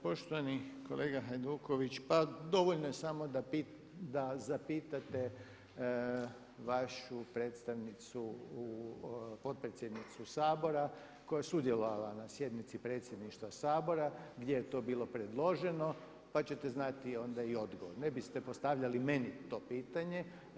Poštovani kolega Hajduković pa dovoljno je samo da zapitate vašu predstavnicu potpredsjednicu Sabora koja je sudjelovala na sjednici Predsjedništva Sabora gdje je to bilo predloženo pa ćete znati onda i odgovor, ne biste postavljali meni to pitanje.